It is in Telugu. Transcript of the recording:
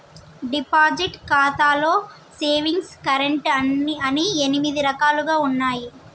డిపాజిట్ ఖాతాలో సేవింగ్స్ కరెంట్ అని ఎనిమిది రకాలుగా ఉన్నయి